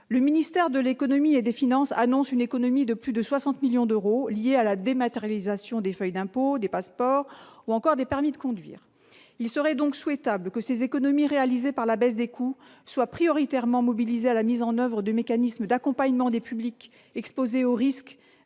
Le ministère de l'économie et des finances annonce une économie de plus de 60 millions d'euros, liée à la dématérialisation des feuilles d'impôts, des passeports, des permis de conduire ... Il serait souhaitable qu'une partie de ces économies réalisées par la baisse des coûts soit prioritairement mobilisée pour la mise en oeuvre de mécanismes d'accompagnement des publics exposés au risque